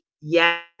yes